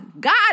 God